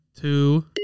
two